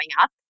up